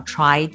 Try